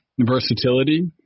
versatility